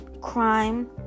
crime